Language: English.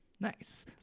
nice